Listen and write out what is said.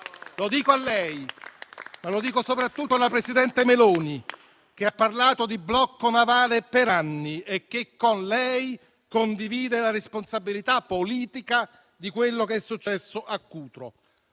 Lo dico a lei, ma soprattutto alla presidente del Consiglio Meloni, che ha parlato di blocco navale per anni e che con lei condivide la responsabilità politica di quello che è successo a Cutro: